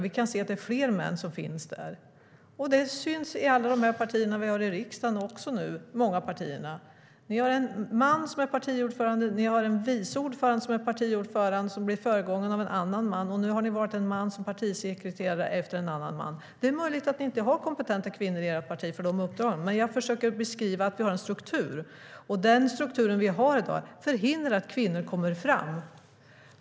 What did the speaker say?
Vi kan se att det är fler män som finns där. Det syns också i alla de partier vi har i riksdagen nu. Ni har en man som är partiordförande. Ni har en vice partiordförande som blir föregången av en annan man, och nu har ni valt en man som partisekreterare efter en annan man. Det är möjligt att ni inte har kompetenta kvinnor för de uppdragen i ert parti, men jag försöker beskriva att det finns en struktur. Den strukturen förhindrar att kvinnor kommer fram.